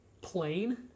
plain